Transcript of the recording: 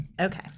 Okay